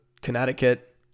Connecticut